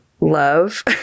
love